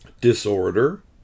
disorder